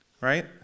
Right